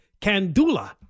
Kandula